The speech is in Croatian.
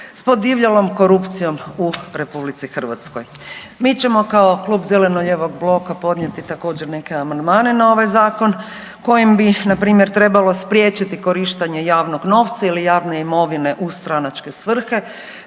s podivljalom korupcijom u RH. Mi ćemo kao Klub zeleno-lijevog bloka podnijeti također, neće amandmane na ovaj Zakon kojim bi, npr. trebalo spriječiti korištenje javnog novca ili javne imovine u stranačke svrhe.